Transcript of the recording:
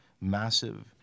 massive